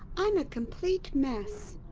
i'm a complete mess!